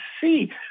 see